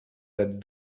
that